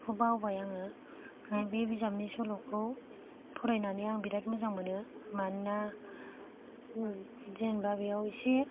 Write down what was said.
बेखौ बावबाय आङो आरो बे बिजाबनि सल'खौ फरायनानै आं बिराथ मोजां मोनो मानोना जेनबा बेयाव एसे